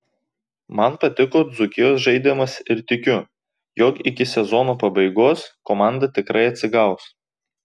man patiko dzūkijos žaidimas ir tikiu jog iki sezono pabaigos komanda tikrai atsigaus